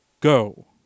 go